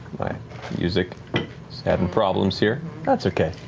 my music's having problems here. that's okay.